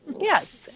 Yes